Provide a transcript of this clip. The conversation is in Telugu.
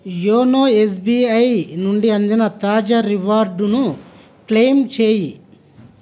యోనో ఎస్బిఐ నుండి అందిన తాజా రివార్డును క్లెయిమ్ చేయి